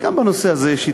וגם בנושא הזה יש התקדמות.